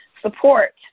support